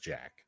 Jack